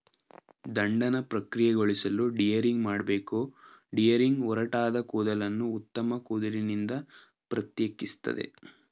ದಂಡನ ಪ್ರಕ್ರಿಯೆಗೊಳಿಸಲು ಡಿಹೇರಿಂಗ್ ಮಾಡ್ಬೇಕು ಡಿಹೇರಿಂಗ್ ಒರಟಾದ ಕೂದಲನ್ನು ಉತ್ತಮ ಕೂದಲಿನಿಂದ ಪ್ರತ್ಯೇಕಿಸ್ತದೆ